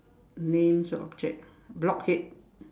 names objects blockhead